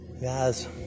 guys